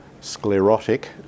sclerotic